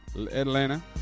Atlanta